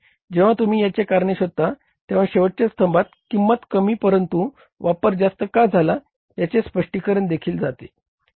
जेंव्हा तुम्ही त्याचे कारण शोधता तेंव्हा शेवटच्या स्तंभात किंमत कमी परंतु वापर जास्त का झाला याचे स्पष्टीकरण देखील जाते